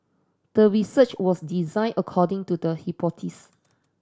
the research was designed according to the hypothesis